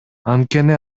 анткени